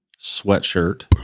sweatshirt